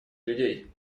людей